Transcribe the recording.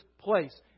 place